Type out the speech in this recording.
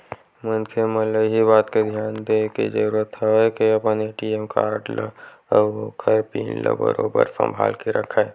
मनखे मन ल इही बात के धियान देय के जरुरत हवय के अपन ए.टी.एम कारड ल अउ ओखर पिन ल बरोबर संभाल के रखय